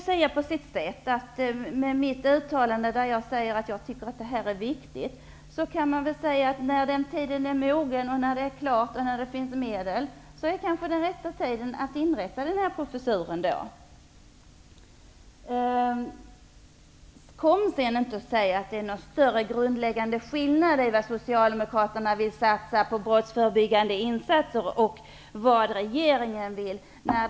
När det gäller mitt uttalande att jag tycker att detta är viktigt, kan man väl säga att när tiden är mogen, när det är klart och när det finns medel är det kanske den rätta tiden att inrätta den här professuren. Kom inte och säg att det finns någon större grundläggande skillnad i vad Socialdemokraterna vill satsa på brottsförebyggande insatser och vad regeringen vill satsa!